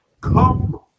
come